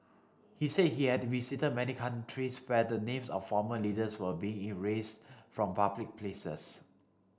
he said he had visited many countries where the names of former leaders were being erased from public places